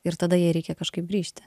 ir tada jai reikia kažkaip grįžti